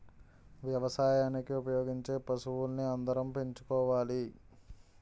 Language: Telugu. వ్యవసాయానికి ఉపయోగించే పశువుల్ని అందరం పెంచుకోవాలి